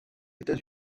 états